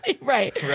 Right